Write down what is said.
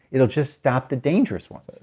it'll just stop the dangerous ones.